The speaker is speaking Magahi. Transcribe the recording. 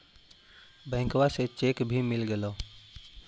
बैंकवा से चेक भी मिलगेलो?